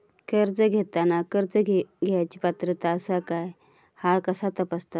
कर्ज घेताना कर्ज घेवची पात्रता आसा काय ह्या कसा तपासतात?